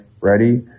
ready